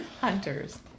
Hunters